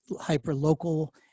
hyper-local